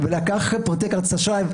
לקח פרטי כרטיס אשראי,